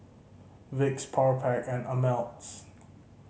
Vicks Powerpac and Ameltz